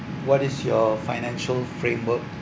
what is your financial framework